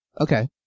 Okay